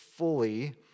fully